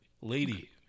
lady